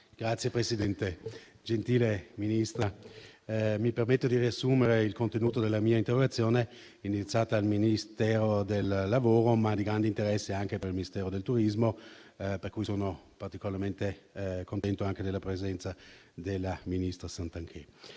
Signor Presidente, gentile Ministra, mi permetta di riassumere il contenuto della mia interrogazione, indirizzata al Ministero del lavoro, ma di grande interesse anche per il Ministero del turismo, per cui sono particolarmente contento della presenza anche della ministra Garnero